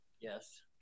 Yes